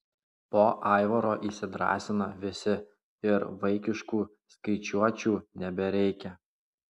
po aivaro įsidrąsina visi ir vaikiškų skaičiuočių nebereikia